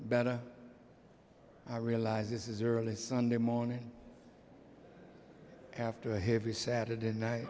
better i realize this is early sunday morning after a heavy saturday night